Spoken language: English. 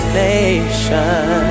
nation